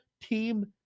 team